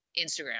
Instagram